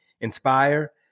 inspire